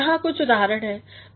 यहाँ कुछ उदाहरण हैं